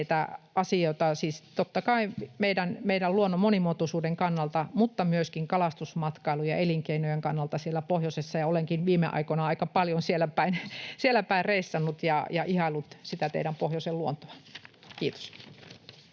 meidän luonnon monimuotoisuuden kannalta mutta myöskin kalastusmatkailun ja elinkeinojen kannalta siellä pohjoisessa. Ja olenkin viime aikoina aika paljon siellä päin reissannut ja ihaillut sitä teidän pohjoisen luontoa. — Kiitos.